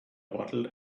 bottle